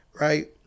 right